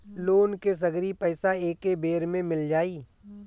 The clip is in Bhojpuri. लोन के सगरी पइसा एके बेर में मिल जाई?